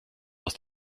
aus